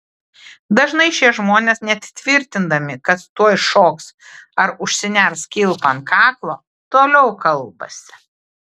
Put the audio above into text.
dažnai šie žmonės net tvirtindami kad tuoj šoks ar užsiners kilpą ant kaklo toliau kalbasi